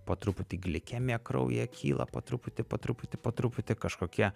po truputį glikemija kraujyje kyla po truputį po truputį po truputį kažkokie